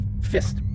fist